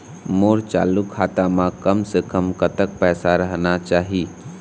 मोर चालू खाता म कम से कम कतक पैसा रहना चाही?